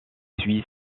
suit